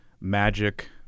Magic